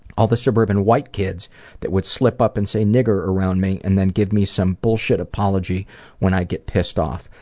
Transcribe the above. all the suburban white kids that would slip up and say nigger around me, and then give me some bullshit apology when i get pissed off.